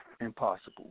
impossible